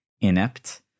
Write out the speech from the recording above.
inept